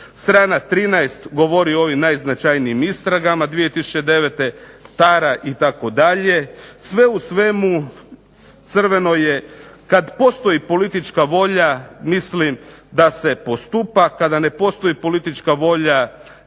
Strana 13. govori o ovim najznačajnijim istragama 2009., …/Ne razumije se./… itd., sve u svemu crveno je, kad postoji politička volja mislim da se postupa, kada ne postoji politička volja